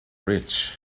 rich